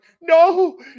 no